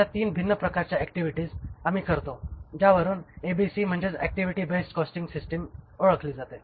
अशा 3 भिन्न प्रकारच्या ऍक्टिव्हिटीज आम्ही करतो ज्याला एबीसी म्हणजेच ऍक्टिव्हिटी बेस्ड कॉस्टिंग सिस्टम म्हणतात